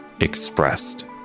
expressed